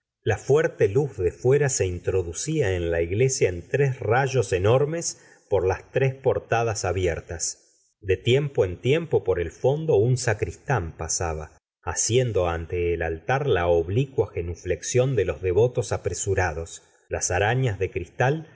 la fuerte luz de fuera se introducia en la iglesia en tres rayos enormes por las tres portadas abiertas de tiempo en tiempo por el fondo un sacristán pasaba haciendo ante el altar la oblicua genuflexión de los devotos apresurados las arañas de cristal